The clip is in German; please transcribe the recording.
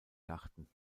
garten